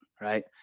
right